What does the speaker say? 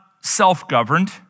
self-governed